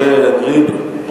כולל אל-עראקיב,